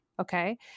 okay